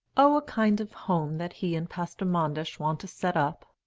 oh, a kind of home that he and pastor manders want to set up.